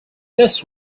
this